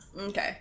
Okay